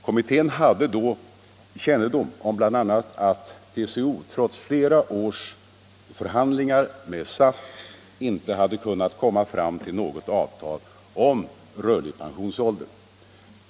Kommittén hade då kännedom om bl.a. att TCO trots flera års förhandlingar med SAF inte hade kunnat komma fram till något avtal om rörlig pensionsålder.